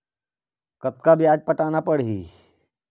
कतका ब्याज पटाना पड़ही?